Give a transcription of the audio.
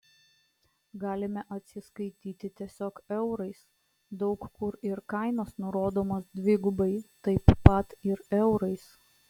galime atsiskaityti tiesiog eurais daug kur ir kainos nurodomos dvigubai taip pat ir eurais